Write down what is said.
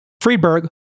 Friedberg